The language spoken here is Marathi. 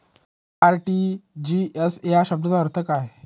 आर.टी.जी.एस या शब्दाचा अर्थ काय?